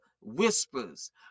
whispers